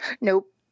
Nope